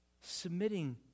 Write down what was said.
Submitting